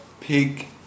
pig